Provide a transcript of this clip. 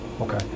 Okay